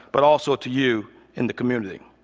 but also to you in the community.